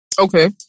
Okay